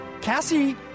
Cassie